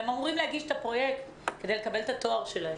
הם אמורים להגיש את הפרויקט כדי לקבל את התואר שלהם.